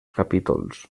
capítols